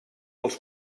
els